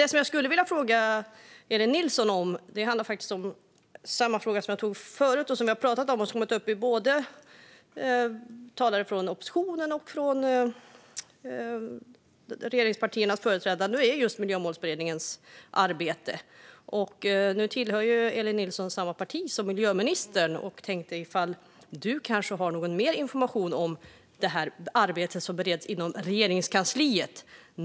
Det jag skulle vilja fråga Elin Nilsson om rör en fråga som jag pratade om förut och som har tagits upp av företrädare både för oppositionen och för regeringspartierna, nämligen Miljömålsberedningens arbete. Elin Nilsson tillhör ju samma parti som miljöministern och har kanske mer information om ärendet som bereds inom Regeringskansliet.